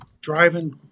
driving